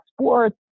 sports